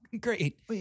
great